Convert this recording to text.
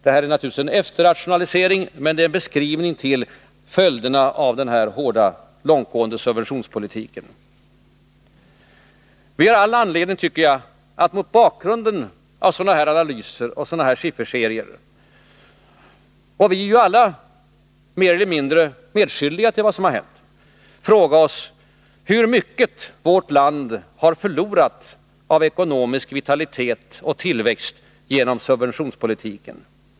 Detta är naturligtvis en efterrationalisering, men det är en beskrivning av följderna av den här hårda och långtgående subventionspolitiken. Vi har all anledning att mot bakgrunden av sådana analyser och sifferserier — vi är ju alla i mer eller mindre grad medskyldiga till vad som har hänt — fråga oss hur mycket vårt land har förlorat av ekonomisk vitalitet och tillväxt genom subventionspolitiken.